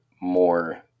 more